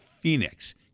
phoenix